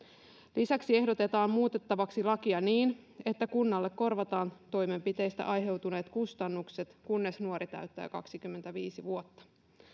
lisäksi ehdotetaan muutettavaksi lakia niin että kunnalle korvataan toimenpiteistä aiheutuneet kustannukset kunnes nuori täyttää kaksikymmentäviisi vuotta